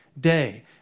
Day